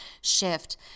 shift